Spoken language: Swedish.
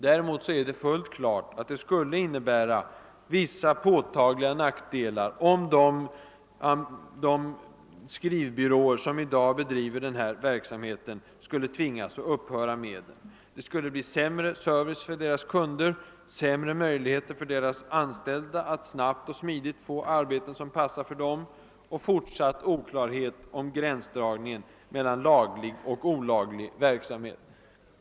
Däremot är det fullt klart, att det skulle innebära vissa påtagliga nackdelar, om de skrivbyråer som i dag bedriver s.k. ambulerande verksamhet skulle tvingas att upphöra med det. Det skulle bli sämre service för deras kunder, sämre möjligheter för deras anställda att snabbt och smidigt få arbeten som passar för dem och fortsati oklarhet om gränsdragningen mellan laglig och olaglig verksamhet.